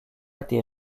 été